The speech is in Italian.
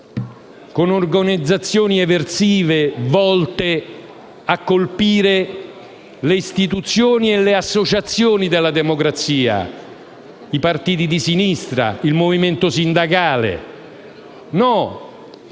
con organizzazioni eversive volte a colpire le istituzioni e le associazioni della democrazia, i partiti di sinistra, il movimento sindacale. No.